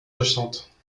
jacente